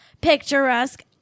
picturesque